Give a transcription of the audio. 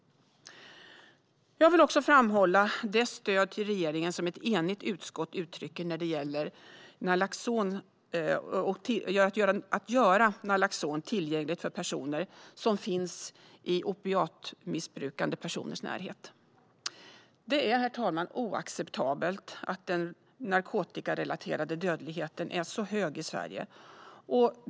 Jag vill också framhålla det stöd till regeringen som ett enigt utskott uttrycker när det gäller att göra Nalaxon tillgängligt för personer som finns i opiatmissbrukande personers närhet. Det är oacceptabelt, herr talman, att den narkotikarelaterade dödligheten är så hög i Sverige.